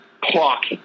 clock